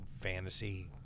fantasy